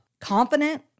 confident